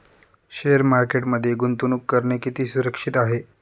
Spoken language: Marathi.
शेअर मार्केटमध्ये गुंतवणूक करणे किती सुरक्षित आहे?